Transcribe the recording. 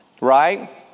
right